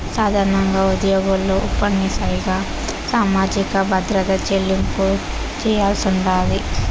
సాధారణంగా ఉద్యోగులు తప్పనిసరిగా సామాజిక భద్రత చెల్లింపులు చేయాల్సుండాది